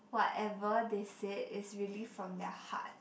whatever they said is really from their heart